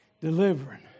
delivering